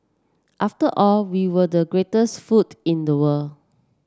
after all we were the greatest food in the world